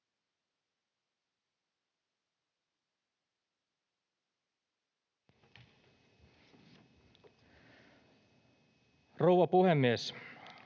Rouva puhemies!